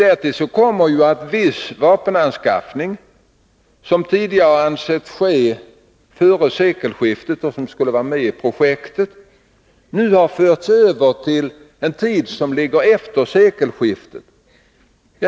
Därtill kommer att viss vapenanskaffning, som tidigare ansetts böra ske före sekelskiftet och som skulle vara med i projektet, nu förts över till en tid som ligger efter sekelskiftet.